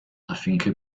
affinché